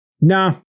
nah